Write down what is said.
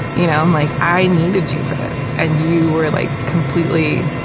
you know? i'm like, i needed you for this and you were like completely,